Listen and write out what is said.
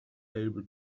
able